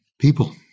people